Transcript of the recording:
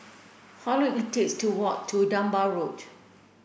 how long it takes to walk to Dunbar Road